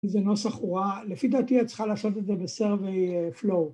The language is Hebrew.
איזה נוסח רואה, לפי דעתי אני צריכה לשלוט את זה בסרווי פלואו